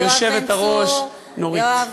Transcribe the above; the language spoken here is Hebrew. ותודה רבה גם לך, היושבת-ראש נורית.